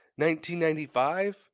1995